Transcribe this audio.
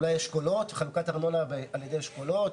אולי אשכולות, חלוקת ארנונה ע"י אשכולות.